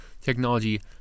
technology